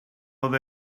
oedd